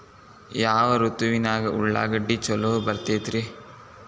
ಯಾವ ಋತುವಿನಾಗ ಉಳ್ಳಾಗಡ್ಡಿ ಛಲೋ ಬೆಳಿತೇತಿ ರೇ?